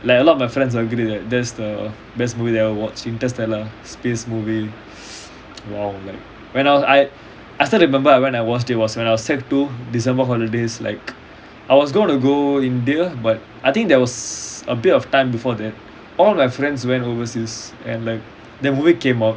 like a lot of my friends agree right that's the best movie ever watched interstellar space movie !wow! like when I I still remember when I watched it when I was sec two december holidays like I was going to go india but I think there was a bit of time before that all my friends went overseas and like that movie came out